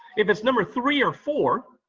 if it's number three or four,